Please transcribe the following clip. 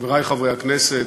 חברי חברי הכנסת,